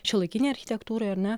šiuolaikinėj architektūroj ar ne